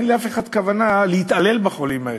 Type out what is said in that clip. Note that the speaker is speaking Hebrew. אין לאף אחד כוונה להתעלל בחולים האלה.